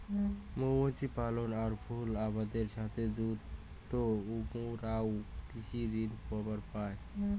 মৌমাছি পালন আর ফুল আবাদের সথে যুত উমরাও কৃষি ঋণ পাবার পায়